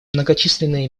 многочисленные